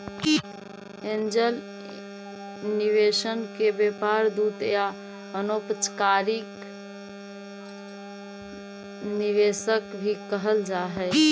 angel निवेशक के व्यापार दूत या अनौपचारिक निवेशक भी कहल जा हई